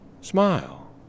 Smile